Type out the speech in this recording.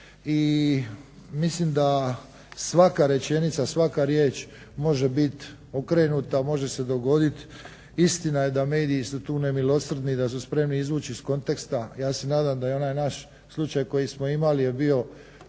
I mislim da svaka rečenica, svaka riječ može biti okrenuta. Može se dogoditi, istina je da mediji su tu nemilosrdni i da su spremni izvući iz konteksta. Ja se nadam da je onaj naš slučaj koji smo imali je bio